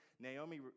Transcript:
Naomi